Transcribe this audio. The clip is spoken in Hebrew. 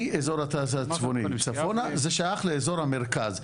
מאזור התעשייה הצפוני צפונה זה שייך לאזור המרכז.